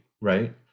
right